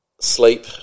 sleep